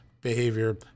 behavior